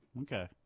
Okay